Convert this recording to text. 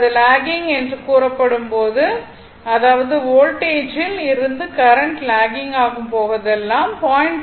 அது லாக்கிங் என்று கூறும்போது அதாவது வோல்டேஜில் இருந்து கரண்ட் லாக்கிங் ஆகும் போதெல்லாம் 0